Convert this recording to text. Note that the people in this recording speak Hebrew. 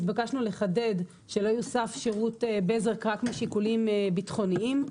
התבקשנו לחדד שלא יוסף שירות בזק רק משיקולים ביטחוניים,